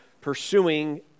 pursuing